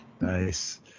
Nice